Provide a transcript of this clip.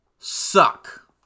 suck